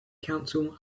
council